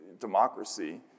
democracy